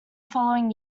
following